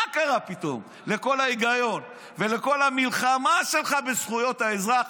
מה קרה פתאום לכל ההיגיון ולכל המלחמה שלך בזכויות האזרח,